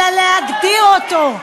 אלא להגדיר אותו.